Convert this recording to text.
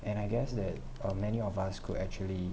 and I guess that uh many of us could actually